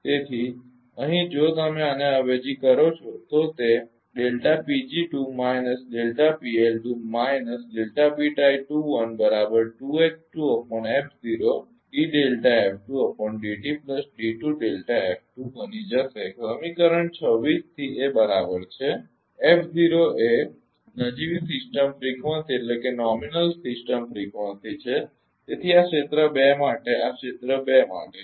તેથી અહીં જો તમે આને અવેજી કરો છો તો તે બની જશે સમીકરણ 26 થી એ બરાબર છે એ નજીવી સિસ્ટમ ફ્રીકવંસી છે તેથી આ ક્ષેત્ર 2 માટે આ ક્ષેત્ર 2 માટે છે